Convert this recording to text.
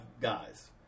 guys